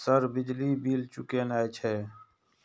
Sir बिजली bill चूकेना छे?